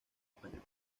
española